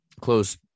close